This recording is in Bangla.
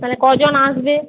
তাহলে ক জন আসবে